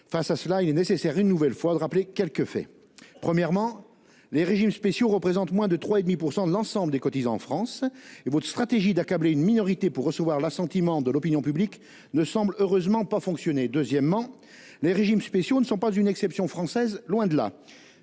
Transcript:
Face à cela, il est nécessaire, une nouvelle fois, de rappeler quelques faits. Premièrement, les régimes spéciaux représentent moins de 3,5 % de l'ensemble des cotisants en France. Heureusement, votre stratégie d'accabler une minorité pour recevoir l'assentiment de l'opinion publique ne semble pas fonctionner. Deuxièmement, les régimes spéciaux ne sont pas une exception française, loin de là.